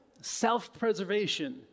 self-preservation